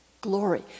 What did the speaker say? glory